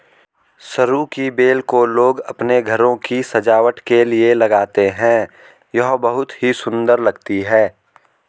सरू की बेल को लोग अपने घरों की सजावट के लिए लगाते हैं यह बहुत ही सुंदर लगती है